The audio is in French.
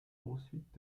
ensuite